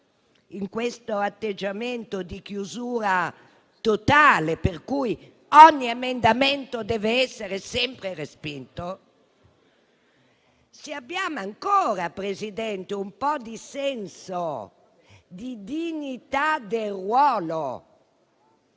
è un atteggiamento di chiusura totale, per cui ogni emendamento deve essere sempre respinto. Se abbiamo ancora, Presidente, un po' di senso di dignità del ruolo,